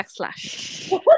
backslash